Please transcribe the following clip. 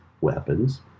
Weapons